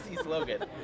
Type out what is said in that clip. slogan